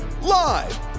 live